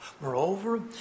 Moreover